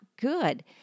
good